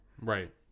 Right